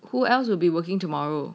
who else will be working tomorrow